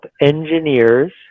engineers